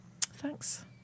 Thanks